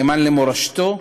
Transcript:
הנאמן למורשתו,